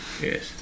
Yes